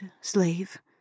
slave